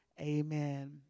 Amen